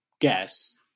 guess